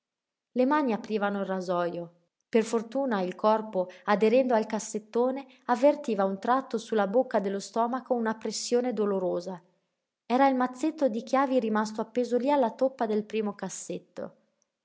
le mani aprivano il rasojo per fortuna il corpo aderendo al cassettone avvertiva a un tratto su la bocca dello stomaco una pressione dolorosa era il mazzetto di chiavi rimasto appeso lí alla toppa del primo cassetto